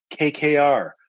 KKR